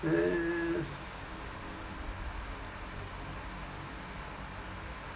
eh